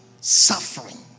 suffering